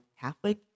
Catholic